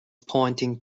pointing